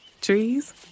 Trees